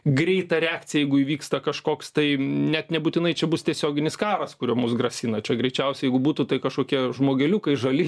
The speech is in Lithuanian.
greitą reakciją jeigu įvyksta kažkoks tai net nebūtinai čia bus tiesioginis karas kuriuo mums grasina čia greičiausiai jeigu būtų tai kažkokie žmogeliukai žali